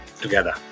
together